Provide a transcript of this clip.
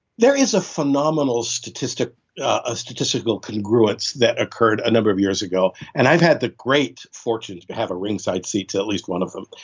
there is a phenomenal statistical ah statistical congruence that occurred number of years ago. and i've had the great fortune to to have a ring side seat to at least one of them.